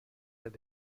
have